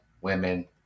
women